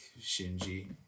Shinji